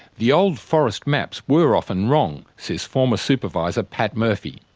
the old forest maps were often wrong, says former supervisor pat murphy.